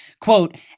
Quote